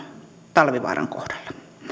talvivaaran kohdalla